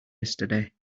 yesterday